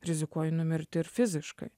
rizikuoji numirti ir fiziškai